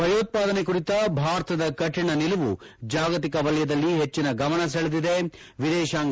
ಭಯೋತ್ಪಾದನೆ ಕುರಿತ ಭಾರತದ ಕಠಿಣ ನಿಲುವು ಜಾಗತಿಕ ವಲಯದಲ್ಲಿ ಹೆಚ್ಚಿನ ಗಮನ ಸೆಳೆದಿದೆ ವಿದೇಶಾಂಗ